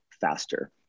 faster